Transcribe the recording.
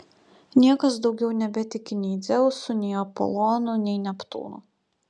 niekas daugiau nebetiki nei dzeusu nei apolonu nei neptūnu